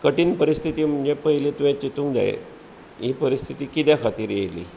कठिण परीस्थीती म्हणजे पयलें तुये चितूंक जाय ही परीस्थीती कित्या खातीर येयली